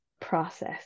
process